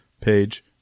page